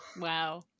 wow